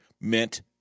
meant